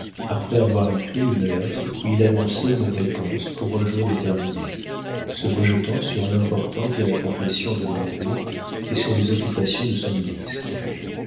après avoir écrit une lettre où il annonçait une réponse pour un jour déterminé se rejetant sur l'importance de la confession demandée et sur les occupations de son ministre